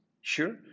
sure